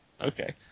Okay